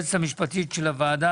היועצת המשפטית של הוועדה,